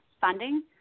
funding